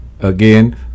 Again